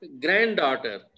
granddaughter